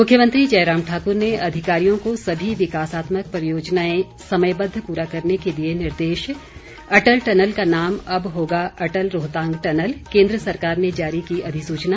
मुख्यमंत्री जयराम ठाकुर ने अधिकारियों को सभी विकासात्मक परियोजनाएं समयबद्ध पूरा करने के दिए निर्देश अटल टनल का नाम अब होगा अटल रोहतांग टनल केन्द्र सरकार ने जारी की अधिसूचना